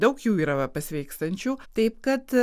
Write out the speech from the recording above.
daug jų yra va pasveikstančių taip kad